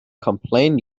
complain